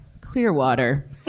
Clearwater